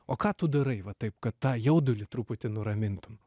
o ką tu darai va taip kad tą jaudulį truputį nuramintum